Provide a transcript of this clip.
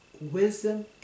wisdom